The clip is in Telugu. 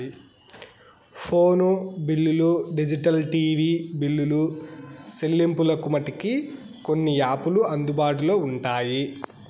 ఫోను బిల్లులు డిజిటల్ టీవీ బిల్లులు సెల్లింపులకు మటికి కొన్ని యాపులు అందుబాటులో ఉంటాయి